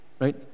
right